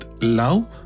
love